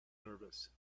nervous